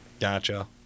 Gotcha